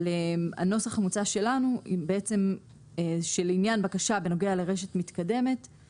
הנוסח המוצע שלנו אומר שלעניין בקשה בנוגע לרשת מתקדמת,